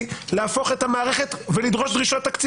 תודה לכל המתכנסים והמתכנסות לדיון.